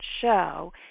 show